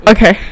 Okay